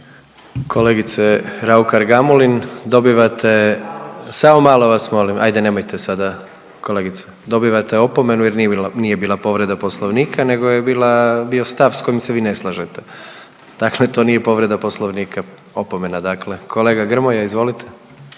kolegice dobivate opomenu jer nije bila povreda Poslovnika, nego je bio stav sa kojim se vi ne slažete. Dakle, to nije povreda Poslovnika. Opomena dakle. Kolega Grmoja, izvolite.